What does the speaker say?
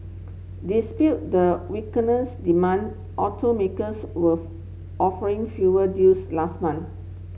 dispute the weakness demand automakers were offering fewer deals last month